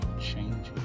changing